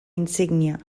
insígnia